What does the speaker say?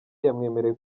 yamwemereye